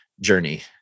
journey